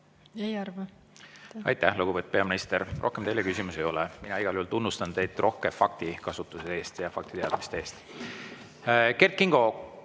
Ei arva. Aitäh, lugupeetud peaminister! Rohkem teile küsimusi ei ole. Mina igal juhul tunnustan teid rohke faktikasutuse eest ja faktiteadmiste eest. Kert Kingo,